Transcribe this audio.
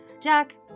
Jack